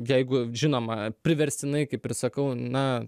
jeigu žinoma priverstinai kaip ir sakau na